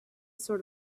sort